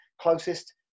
closest